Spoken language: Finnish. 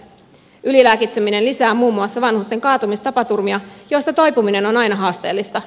ylilääkitseminen lisää muun muassa vanhusten kaatumistapaturmia joista toipuminen on aina haasteellista